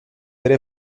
vera